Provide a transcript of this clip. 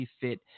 fit